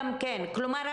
כלומר,